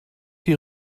die